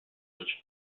which